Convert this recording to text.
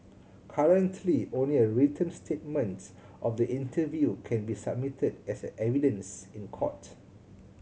currently only a written statement of the interview can be submitted as a evidence in court